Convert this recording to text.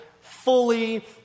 fully